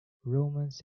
romance